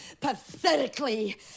pathetically